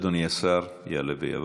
אדוני השר יעלה ויבוא.